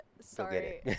sorry